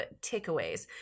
takeaways